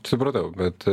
supratau bet